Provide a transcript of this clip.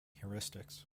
heuristics